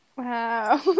Wow